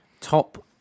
Top